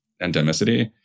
endemicity